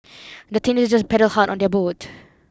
the teenagers paddled hard on their boat